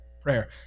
Prayer